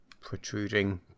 protruding